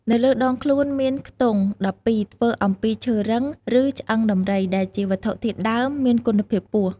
នៅលើដងខ្លួនមានខ្ទង់ ១២ ធ្វើអំពីឈើរឹង ឬឆ្អឹងដំរី ដែលជាវត្ថុធាតុដើមមានគុណភាពខ្ពស់។